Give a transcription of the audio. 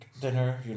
dinner